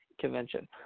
convention